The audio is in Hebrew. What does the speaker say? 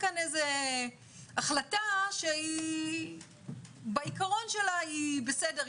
כאן איזו החלטה שבעיקרון שלה היא בסדר,